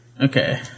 Okay